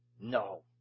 No